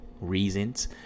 reasons